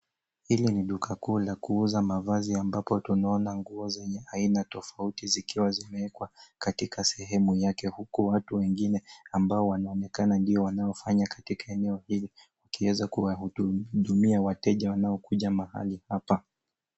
Hili ni duka kuu la kuuza mavazi ambapo tunaona nguo aina tofauti zikiwa zimewekwa katika sehemu yake huku watu wengine ambao wanaonekana ndio wanaofanya katika eneo hili wakiweza kuwahudumia wateja wanaokuja mahali hapa.